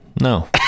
no